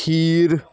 ખીર